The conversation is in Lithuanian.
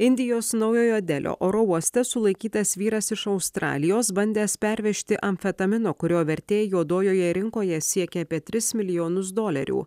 indijos naujojo delio oro uoste sulaikytas vyras iš australijos bandęs pervežti amfetamino kurio vertė juodojoje rinkoje siekia apie tris milijonus dolerių